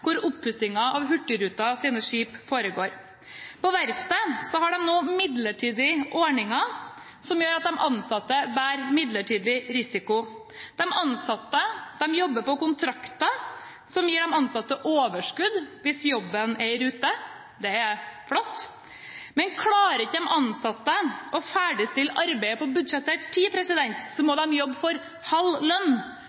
hvor oppussingen av Hurtigruta sine skip foregår. På verftet har de nå midlertidige ordninger som gjør at de ansatte bærer midlertidig risiko. De ansatte jobber på kontrakter som gir de ansatte overskudd hvis jobben er i rute – det er flott – men klarer ikke de ansatte å ferdigstille arbeidet på budsjettert tid, må de jobbe for halv lønn. Det er ikke fullt så